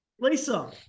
Lisa